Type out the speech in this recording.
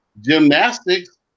Gymnastics